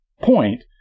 point